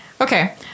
Okay